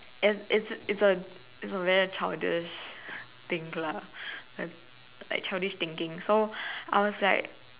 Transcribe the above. and it's it's a it's a very childish thing lah llike like childish thinking so I was like